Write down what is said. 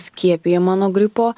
skiepijama nuo gripo